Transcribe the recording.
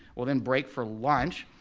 we'll then break for lunch.